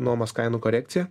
nuomos kainų korekciją